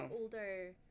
Older